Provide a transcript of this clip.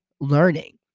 learning